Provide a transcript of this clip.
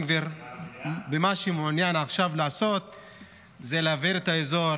מה שבן גביר מעוניין לעשות עכשיו זה להבעיר את האזור,